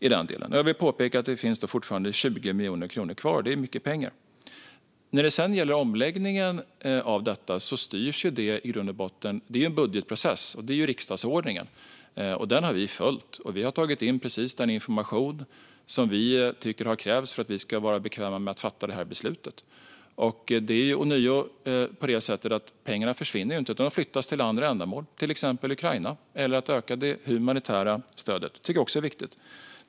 Jag vill också påpeka att det fortfarande finns 20 miljoner kronor kvar. Det är mycket pengar. Omläggningen av detta styrs i grund och botten genom en budgetprocess. Vi har följt riksdagsordningen och tagit in precis den information som vi tycker krävs för att vi ska vara bekväma med att fatta det här beslutet. Jag vill ånyo säga att pengarna inte försvinner utan flyttas till andra ändamål, till exempel stöd till Ukraina eller ökning av det humanitära stödet. Det tycker jag också är viktigt.